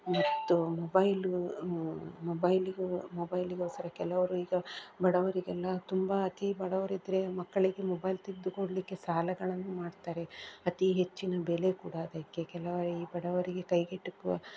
ಮತ್ತು ಮೊಬೈಲು ಮೊಬೈಲಿಗೆ ಮೊಬೈಲಿಗೋಸ್ಕರ ಕೆಲವರು ಈಗ ಬಡವರಿಗೆಲ್ಲ ತುಂಬ ಅತೀ ಬಡವರಿದ್ದರೆ ಮಕ್ಕಳಿಗೆ ಮೊಬೈಲ್ ತೆಗೆದುಕೊಡ್ಲಿಕ್ಕೆ ಸಾಲಗಳನ್ನು ಮಾಡ್ತಾರೆ ಅತೀ ಹೆಚ್ಚಿನ ಬೆಲೆ ಕೂಡ ಅದಕ್ಕೆ ಕೆಲವು ಈ ಬಡವರಿಗೆ ಕೈಗೆಟಕುವ